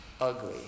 ugly